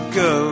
go